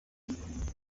inama